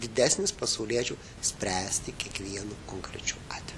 didesnis pasauliečių spręsti kiekvienu konkrečiu atveju